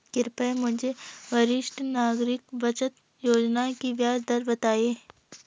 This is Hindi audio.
कृपया मुझे वरिष्ठ नागरिक बचत योजना की ब्याज दर बताएँ